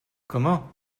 comment